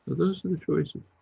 but those and choices,